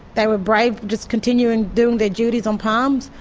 they were brave, just continuing doing their duties on palm. so